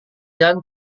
jalan